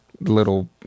little